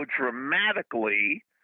dramatically